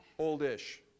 oldish